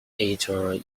editor